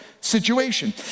situation